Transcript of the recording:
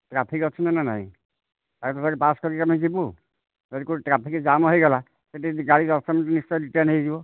traffic ଅଛି ନା ନାଇଁ ତାକୁ ଫେରେ ପାସ କରିକି ଆମେ ଯିବୁ ଯଦି କେଉଁଠି ଟ୍ରାଫିକ ଜାମ ହୋଇଗଲା ସେହିଠି ଗାଡ଼ି ନିଶ୍ଚୟ ରିଟର୍ଣ୍ଣ ହୋଇଯିବ